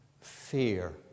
fear